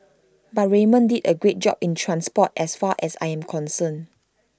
but Raymond did A great job in transport as far as I am concerned